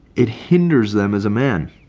it hinders them as a man.